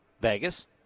Vegas